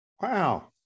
Wow